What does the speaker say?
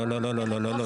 לא, לא, לא.